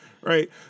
Right